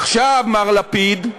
עכשיו, מר לפיד,